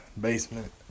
basement